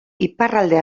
iparralde